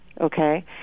Okay